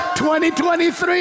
2023